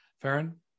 Farron